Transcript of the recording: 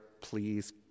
please